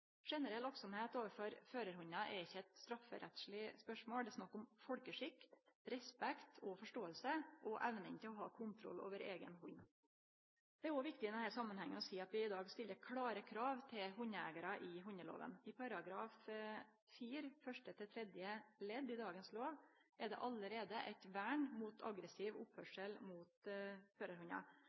overfor førarhundar er ikkje eit strafferettsleg spørsmål. Det er snakk om folkeskikk, respekt og forståing og evne til å ha kontroll over eigen hund. Det er òg viktig i denne samanhengen å seie at vi i dag stiller klare krav til hundeeigarar i hundelova. I § 4 første til tredje ledd i dagens lov er det allereie eit vern mot aggressiv oppførsel mot førarhundar.